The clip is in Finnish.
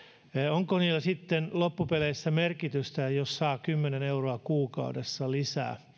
onko niillä sitten loppupeleissä merkitystä jos saa kymmenen euroa kuukaudessa lisää